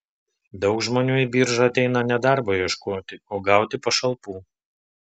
daug žmonių į biržą ateina ne darbo ieškoti o gauti pašalpų